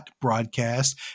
Broadcast